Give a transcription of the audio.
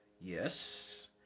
yes